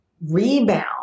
rebound